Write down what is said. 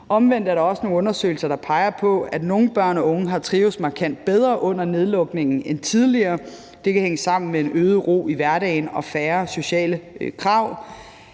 Omvendt er der også nogle undersøgelser, der peger på, at nogle børn og unge har trivedes markant bedre under nedlukningen end tidligere. Det kan hænge sammen med en øget ro i hverdagen og færre sociale krav.